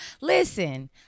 Listen